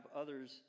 others